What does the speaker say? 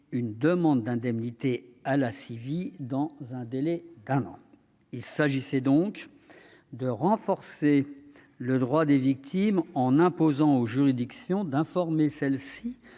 une demande d'indemnité à la CIVI dans un délai d'un an. Il s'agissait donc de renforcer les droits des victimes, en imposant aux juridictions d'informer celles-ci